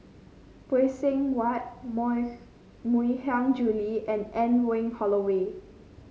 Phay Seng Whatt Mui Hiang Julie and Anne Wong Holloway